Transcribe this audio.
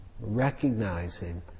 recognizing